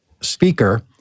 speaker